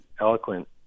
eloquent